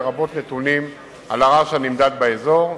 לרבות נתונים על הרעש הנמדד באזור.